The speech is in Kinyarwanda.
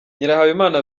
nyirahabimana